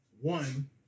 One